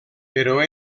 però